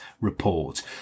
report